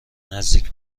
نزدیک